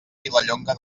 vilallonga